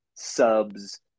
subs